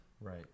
Right